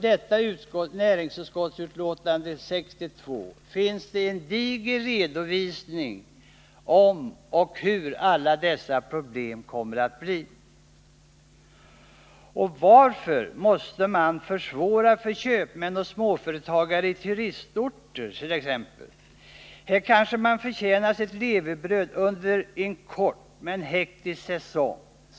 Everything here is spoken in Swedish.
I näringsutskottets betänkande nr 62 finns en diger redovisning av alla dessa problem. Varför måste man försvåra för köpmän och småföretagare i turistorter etc.? Här kanske man förtjänar sitt levebröd under en kort men hektisk säsong.